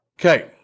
okay